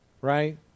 right